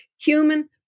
human